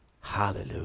Hallelujah